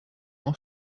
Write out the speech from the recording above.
aus